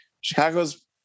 Chicago's